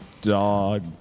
dog